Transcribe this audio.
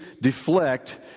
deflect